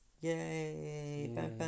Yay